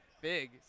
big